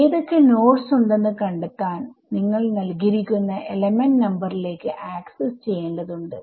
ഏതൊക്കെ നോഡ്സ് ഉണ്ടെന്ന് കണ്ടെത്താൻ നിങ്ങൾക്ക് നൽകിയിരിക്കുന്ന എലമെന്റ് നമ്പറിലേക്ക് ആക്സസ്സ് ചെയ്യേണ്ടതുണ്ട്